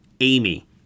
Amy